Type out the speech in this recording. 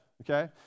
okay